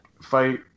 fight